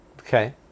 Okay